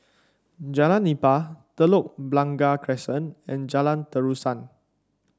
Jalan Nipah Telok Blangah Crescent and Jalan Terusan